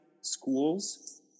schools